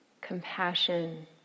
compassion